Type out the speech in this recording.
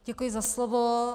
Děkuji za slovo.